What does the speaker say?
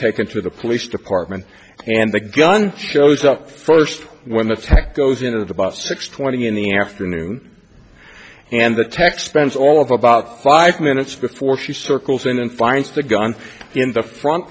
taken to the police department and the gun shows up first when the tech goes into that about six twenty in the afternoon and the tech spends all of about five minutes before she circles in and finds the gun in the front